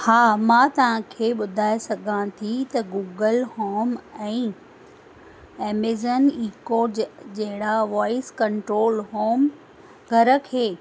हा मां तव्हांखे ॿुधाए सघां थी त गुगल होम ऐं एमेजॉन इको जे जहिड़ा वॉइस कंट्रोल होम घर खे